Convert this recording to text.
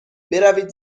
بروید